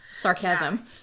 Sarcasm